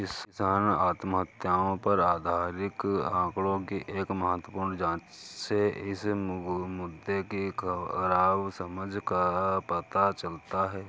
किसान आत्महत्याओं पर आधिकारिक आंकड़ों की एक महत्वपूर्ण जांच से इस मुद्दे की खराब समझ का पता चलता है